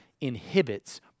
inhibits